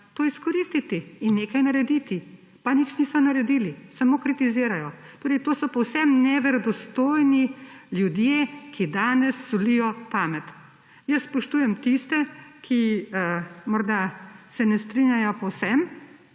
to izkoristiti in nekaj narediti, pa nič niso naredili, samo kritizirajo. To so povsem neverodostojni ljudje, ki danes solijo pamet. Jaz spoštujem tiste, ki morda se ne strinjajo povsem